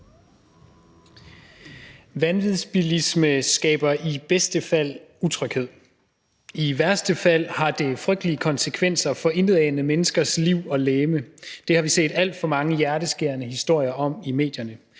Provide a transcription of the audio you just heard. Vanvidsbilisme skaber i bedste fald utryghed – i værste fald har det frygtelige konsekvenser for intetanende menneskers liv og lemmer. Det har vi set alt for mange hjerteskærende historier om i medierne.